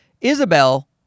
Isabel